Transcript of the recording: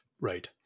Right